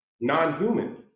non-human